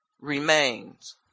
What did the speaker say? remains